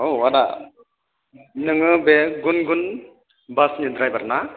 औ आदा नोङो बे गुनगुन बासनि द्रायबार ना